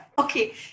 Okay